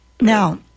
Now